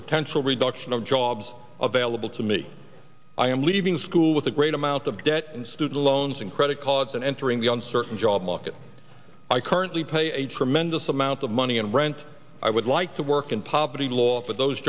potential reduction of jobs available to me i am leaving school with a great amount of debt and student loans and credit cards and entering the on certain job market i currently pay a tremendous amount of money and rent i would like to work in poverty law for those